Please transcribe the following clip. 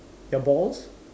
your balls